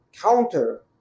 counter